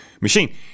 machine